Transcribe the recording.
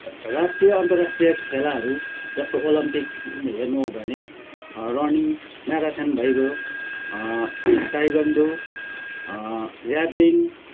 राष्ट्रीय अन्तराष्ट्रीय खेलाहरू जस्तो ओलम्पिक हेर्नु हो भने रनिङ म्याराथोन भइगयो ताइक्वान्डो ज्याभलिन